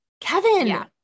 Kevin